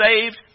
saved